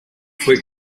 fue